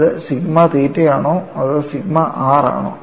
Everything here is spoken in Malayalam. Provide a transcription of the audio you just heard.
അത് സിഗ്മ തീറ്റയാണോ അതോ സിഗ്മ r ആണോ